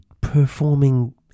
performing